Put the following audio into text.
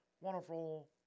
wonderful